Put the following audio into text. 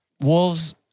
Wolves